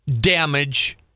damage